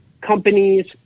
companies